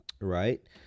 right